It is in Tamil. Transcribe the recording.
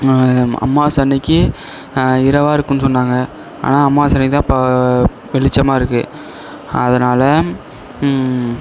அமாவாசை அன்றைக்கி இரவாக இருக்கும்னு சொன்னாங்க ஆனால் அமாவாசை அன்றைக்கி தான் இப்போ வெளிச்சமாக இருக்குது அதனால்